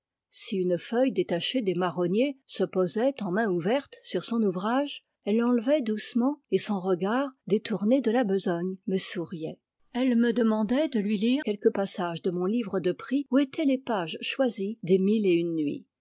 si une feuille détachée des marronniers se posait en main ouverte sur son ouvrage elle l'enlevait doucement et son regard détourné de la besogne me souriait elle me demandait de lui lire quelque passage de mon livre de prix où étaient des pages choisies des mille et une nuits